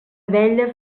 abella